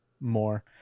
more